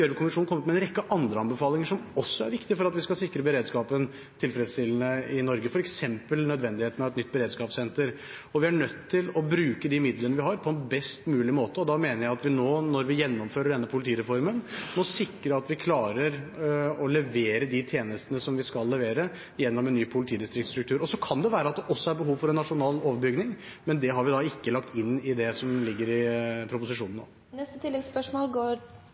med en rekke andre anbefalinger som også er viktige for at vi skal sikre beredskapen tilfredsstillende i Norge, f.eks. nødvendigheten av et nytt beredskapssenter. Vi er nødt til å bruke de midlene vi har, på en best mulig måte, og da mener jeg at vi nå, når vi gjennomfører denne politireformen, må sikre at vi klarer å levere de tjenestene som vi skal levere gjennom en ny politidistriktsstruktur. Det kan være at det også er behov for en nasjonal overbygning, men det har vi ikke lagt inn i det som ligger i proposisjonen nå.